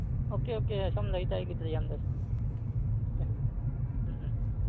okay okay ꯑꯁꯨꯝ ꯂꯩꯗ ꯑꯩꯒꯤꯗ ꯌꯥꯝ ꯂꯩ ꯑꯣꯀꯦ ꯎꯝ ꯎꯝ ꯎꯝ